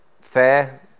fair